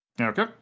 Okay